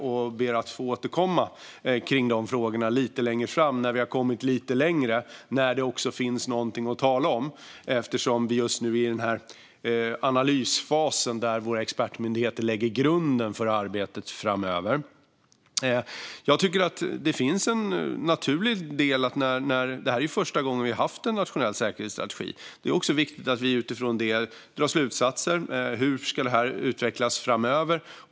Jag ber att få återkomma till de frågorna lite längre fram, när vi har kommit lite längre och det också finns någonting att tala om. Just nu är vi i analysfasen, där våra expertmyndigheter lägger grunden för arbetet framöver. Det här är första gången vi har haft en nationell säkerhetsstrategi. Det är också viktigt att vi utifrån det drar slutsatser om hur detta ska utvecklas framöver.